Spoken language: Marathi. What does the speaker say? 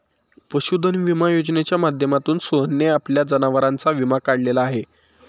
पशुधन विमा योजनेच्या माध्यमातून सोहनने आपल्या जनावरांचा विमा काढलेला आहे